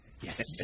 Yes